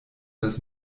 das